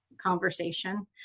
conversation